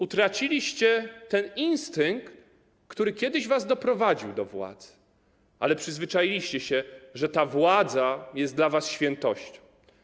Utraciliście ten instynkt, który kiedyś was doprowadził do władzy, ale przyzwyczailiście się, że ta władza jest dla was świętością.